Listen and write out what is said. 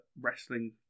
wrestling